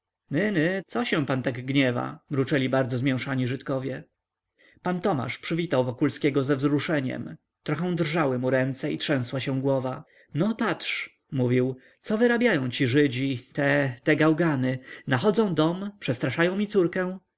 co się pan tak gniewa mruczeli bardzo zmięszani żydkowie pan tomasz przywitał wokulskiego ze wzruszeniem trochę drżały mu ręce i trzęsła się głowa no patrz mówił co wyrabiają ci żydzi te te gałgany nachodzą dom przestraszają mi córkę